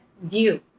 view